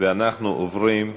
ואנחנו עוברים,